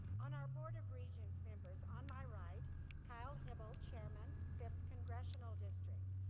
on our board of regents, members on my right kyle hybl, chairman, fifth congressional district.